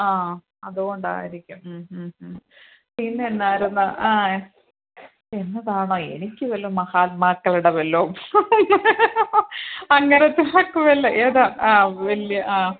ആ അതുകൊണ്ടായിരിക്കും പിന്നെ എന്നായിരുന്നു ആ എന്നതാണോ എനിക്ക് വല്ല മഹാത്മാക്കളടെ വല്ലതും അങ്ങനത്തെ ഒക്കെ വല്ല ഏതാണ് ആ വലിയ ആ